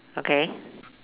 okay